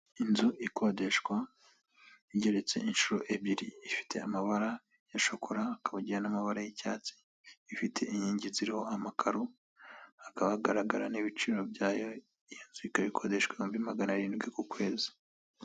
Inzu ikodeshwa igeretse incuro ebyiri, ifite amabara ikagira n'amabara y'icyatsi. Ifite inkingi ziriho amakaro, hakaba hagaragara n'ibiciro byayo. Iyo nzu ikaba ikodeshwa ibihumbi magana arindwi buri kwezi.